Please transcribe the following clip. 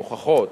עם הוכחות,